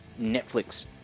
Netflix